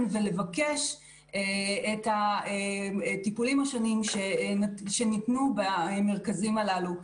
ולבקש את הטיפולים השונים שניתנו במרכזים הללו.